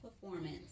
performance